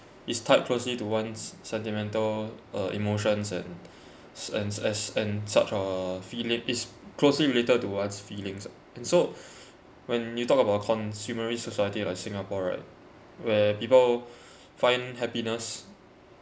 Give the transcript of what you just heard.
is tied closely to one's sentimental uh emotions and sense as and such uh feeling is closely related to one's feelings ah so when you talk about consumerist society like singapore right where people find happiness